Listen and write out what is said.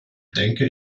denke